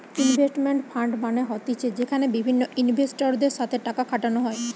investment fund মানে হতিছে যেখানে বিভিন্ন ইনভেস্টরদের সাথে টাকা খাটানো হয়